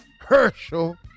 Herschel